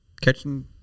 catching